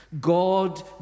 God